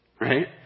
right